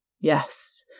Yes